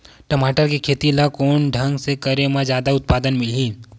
टमाटर के खेती ला कोन ढंग से करे म जादा उत्पादन मिलही?